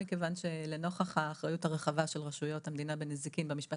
מכיוון שלנוכח האחריות הרחבה של רשויות המדינה בנזיקין במשפט